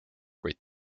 kuid